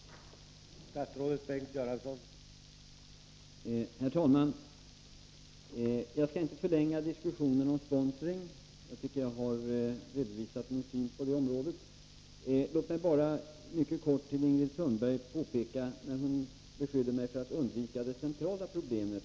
iekonomiska åtstramningstider